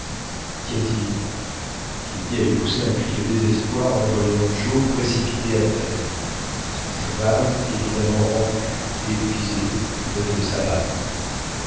kennedy quy a t il kennedy avait poussé un cri de désespoir en voyant joe précipité à terre son cheval évidemment rendu épuisé venait de s'abattre